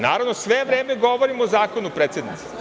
Naravno, sve vreme govorim o zakonu predsednice.